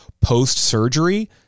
post-surgery